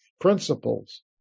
principles